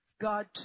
God